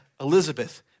Elizabeth